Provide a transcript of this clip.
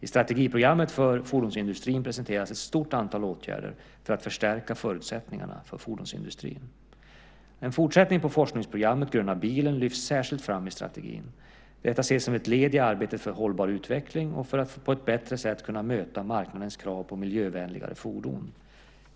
I strategiprogrammet för fordonsindustrin presenteras ett stort antal åtgärder för att förstärka förutsättningarna för fordonsindustrin. En fortsättning på forskningsprogrammet Gröna bilen lyfts särskilt fram i strategin. Detta ses som ett led i arbetet för en hållbar utveckling och för att på ett bättre sätt kunna möta marknadens krav på miljövänligare fordon.